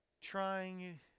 trying